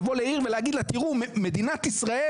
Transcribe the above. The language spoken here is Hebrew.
לבוא לעיר ולהגיד לה "תראו, מדינת ישראל